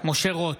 משה רוט,